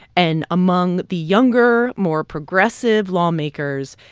and among the younger, more progressive lawmakers,